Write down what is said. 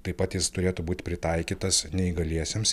taip pat jis turėtų būt pritaikytas neįgaliesiems